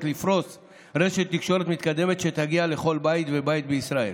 לפרוס רשת תקשורת מתקדמת שתגיע לכל בית ובית בישראל.